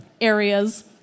areas